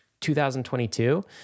2022